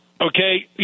Okay